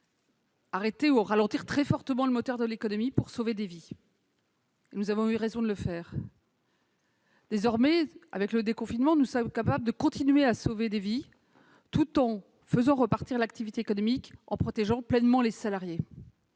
arrêter ou ralentir très fortement le moteur de l'économie pour sauver des vies. Nous avons eu raison de le faire. Désormais, avec le déconfinement, nous sommes capables de continuer à sauver des vies, tout en faisant repartir l'activité économique et en protégeant pleinement les salariés.